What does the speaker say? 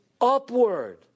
upward